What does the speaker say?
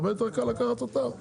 הרבה יותר קל לקחת אותם.